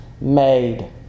made